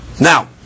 Now